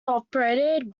operated